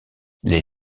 les